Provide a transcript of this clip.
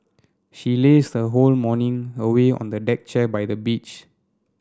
she lazed her whole morning away on a deck chair by the beach